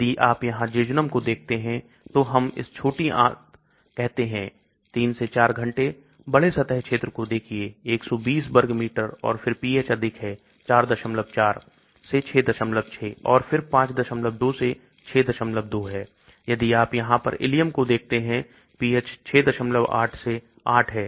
यदि आप यहां jejunum को देखते हैं तो हम इसे छोटी आंत कहते हैं 3 से 4 घंटे बड़े सतह क्षेत्र को देखिए 120 वर्ग मीटर और फिर pH अधिक है 44 से 66 और फिर 52 से 62 है यदि आप यहां पर ileum को देखते हैं pH 68 से 8 है